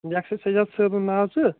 لیٚکھ ژٕ سجاد سٲبُن ناو ژٕ